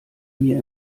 mir